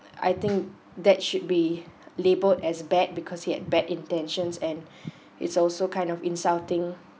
I think that should be labelled as bad because he had bad intentions and it's also kind of insulting